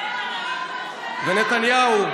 זה הנאום שלך כראש ממשלה, ונתניהו,